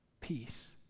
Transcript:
Peace